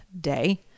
day